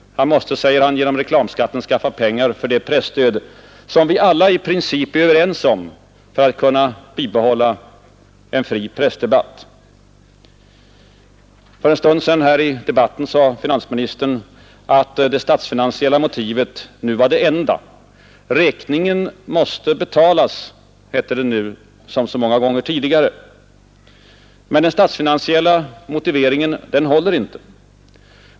Han måste — säger han — genom reklamskatten skaffa pengar för det presstöd som vi alla i princip är överens om för att kunna bibehålla en fri pressdebatt För en stund sedan medgav finansministern här i debatten att det statsfinansiella motivet var det enda motivet för reklamskatten. Räkningen måste betalas, hette det, nu som så många gånger tidigare. Men den statsfinansiella motiveringen håller inte.